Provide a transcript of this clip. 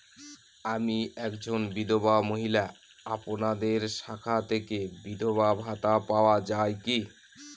আমি একজন বিধবা মহিলা আপনাদের শাখা থেকে বিধবা ভাতা পাওয়া যায় কি?